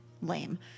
lame